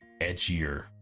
edgier